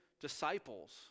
disciples